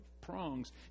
prongs